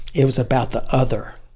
it was about the other.